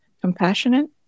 Compassionate